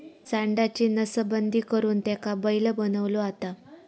सांडाची नसबंदी करुन त्याका बैल बनवलो जाता